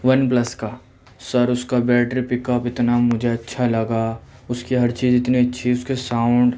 one plus کا سر اُس کا بیٹری پِک اپ اتنا مجھے اچھا لگا اُس کی ہر چیز اتنی اچھی اُس کا ساؤنڈ